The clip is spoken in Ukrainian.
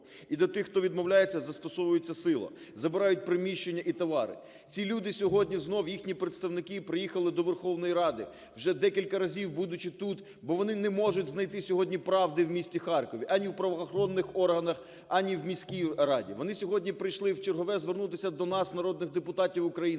і до тих, хто відмовляється, застосовується сила, забирають приміщення і товари. Ці люди сьогодні знову, їхні представники, приїхали до Верховної Ради, вже декілька разів будучі тут, бо вони не можуть знайти сьогодні правди в місті Харкові ані в правоохоронних органах, ані в міській раді. Вони сьогодні прийшли вчергове звернутися до нас, народних депутатів України